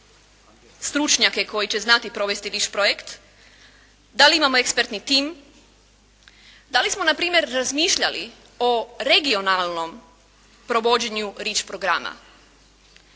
stručnjake koji će znati provesti "REACH" projekt? Da li imamo ekspertni tim? Da li smo npr. razmišljali o regionalnom provođenju "REACH" programa?